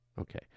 Okay